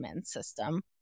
system